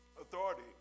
Authority